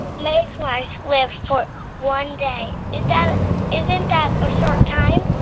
mayflies live for one day. is that isn't that a short time?